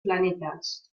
planetas